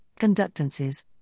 conductances